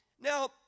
Now